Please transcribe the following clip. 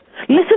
Listen